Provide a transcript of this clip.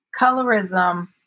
colorism